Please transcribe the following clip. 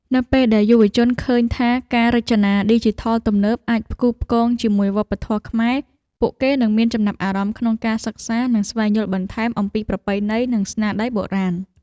នៅពេលដែលយុវជនឃើញថាការរចនាឌីជីថលទំនើបអាចផ្គូផ្គងជាមួយវប្បធម៌ខ្មែរ ពួកគេនឹងមានចំណាប់អារម្មណ៍ក្នុងការសិក្សា និងស្វែងយល់បន្ថែមអំពីប្រពៃណី និងស្នាដៃបុរាណ។